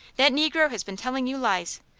that negro has been telling you lies.